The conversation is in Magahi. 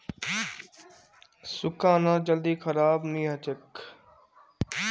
सुख्खा अनाज जल्दी खराब नी हछेक